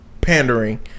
pandering